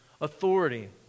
authority